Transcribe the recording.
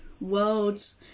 world's